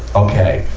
okay.